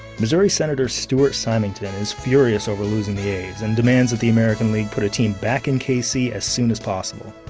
missouri senator stuart symington is furious over losing the a's and demands that the american league put a team back in kc as soon as possible.